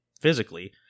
physically